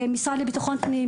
משרד לביטחון הפנים,